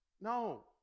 No